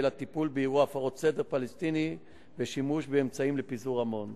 אלא טיפול באירוע הפרות סדר של פלסטינים ושימוש באמצעים לפיזור המון.